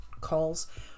calls